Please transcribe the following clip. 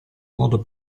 modo